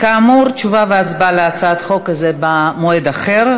כאמור, תשובה והצבעה על הצעת החוק הזאת במועד אחר.